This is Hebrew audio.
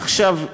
עכשיו,